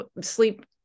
sleep